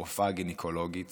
רופאה גינקולוגית